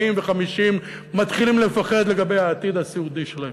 ו-50 מתחילים לפחד לגבי העתיד הסיעודי שלהם.